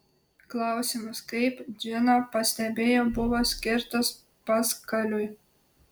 klausimas kaip džina pastebėjo buvo skirtas paskaliui